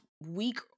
week